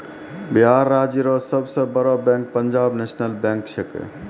बिहार राज्य रो सब से बड़ो बैंक पंजाब नेशनल बैंक छैकै